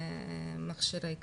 להם מכשירי קצה.